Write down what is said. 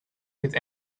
with